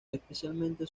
especialmente